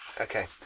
Okay